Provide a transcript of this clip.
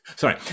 Sorry